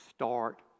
start